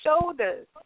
shoulders